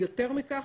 יותר מכך,